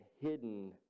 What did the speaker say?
hidden